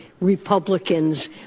Republicans